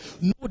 no